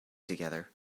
together